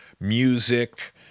music